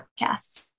podcasts